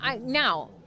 now